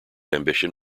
ambition